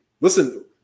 listen